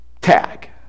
tag